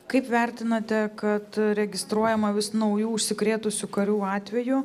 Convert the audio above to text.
kaip vertinate kad registruojama vis naujų užsikrėtusių karių atvejų